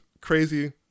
crazy